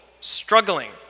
struggling